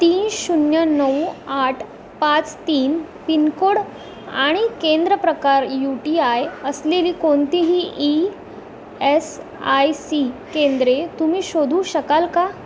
तीन शून्य नऊ आठ पाच तीन पिनकोड आणि केंद्र प्रकार यू टी आय असलेली कोणतीही ई एस आय सी केंद्रे तुम्ही शोधू शकाल का